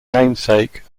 namesake